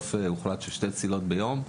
בסוף הוחלט על שתי צלילות ביום.